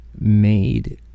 made